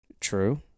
True